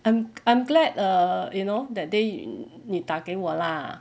I'm I'm glad err you know that day 你打给我 lah